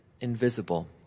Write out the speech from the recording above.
invisible